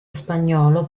spagnolo